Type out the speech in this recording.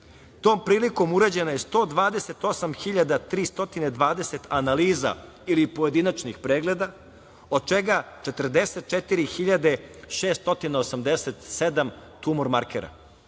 Tom prilikom urađeno 128.320 analiza ili pojedinačnih pregleda, od čega 44.687 tumor markera.